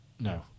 No